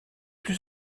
plus